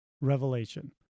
revelation